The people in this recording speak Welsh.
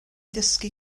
dysgu